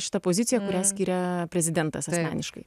šita pozicija kurią skiria prezidentas asmeniškai